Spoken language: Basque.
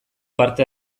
parte